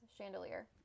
chandelier